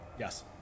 yes